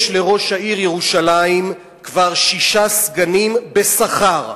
יש לראש העיר ירושלים כבר שישה סגנים בשכר.